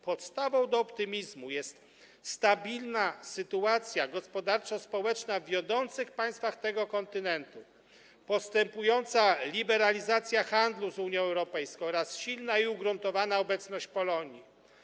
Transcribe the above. Podstawą do optymizmu jest stabilna sytuacja gospodarczo-społeczna w wiodących państwach tego kontynentu, postępująca liberalizacja handlu z Unią Europejską oraz silna i ugruntowana obecność Polonii.